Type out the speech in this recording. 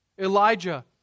Elijah